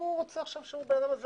ראש העיר רוצה עכשיו שהאדם הזה